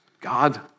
God